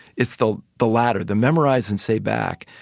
it's the the latter, the memorize and say back.